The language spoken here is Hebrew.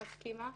מסכימה.